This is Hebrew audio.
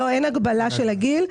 לא, אין הגבלה של הגיל.